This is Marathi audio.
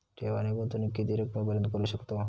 ठेव आणि गुंतवणूकी किती रकमेपर्यंत करू शकतव?